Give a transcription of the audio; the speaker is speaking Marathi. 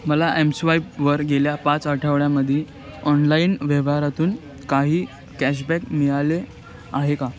मला एमस्वाईपवर गेल्या पाच आठवड्यांमध्ये ऑनलाईन व्यवहारातून काही कॅशबॅक मिळाला आहे का